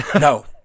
no